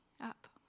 up